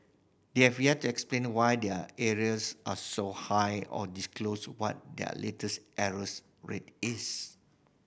they have yet to explain why their arrears are so high or disclose what their latest arrears rate is